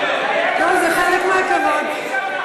זה חלק מהכבוד.